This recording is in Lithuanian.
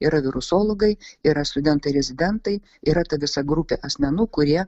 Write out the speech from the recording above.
yra virusologai yra studentai rezidentai yra ta visa grupė asmenų kurie